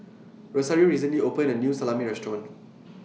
Rosario recently opened A New Salami Restaurant